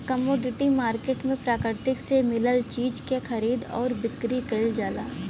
commodity market में प्रकृति से मिलल चीज क खरीद आउर बिक्री कइल जाला